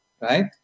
Right